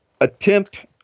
attempt